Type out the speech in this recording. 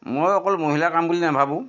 মই অকল মহিলাৰ কাম বুলি নেভাবোঁ